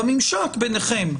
בממשק ביניכם,